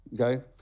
okay